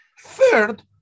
Third